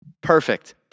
Perfect